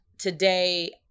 Today